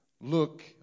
look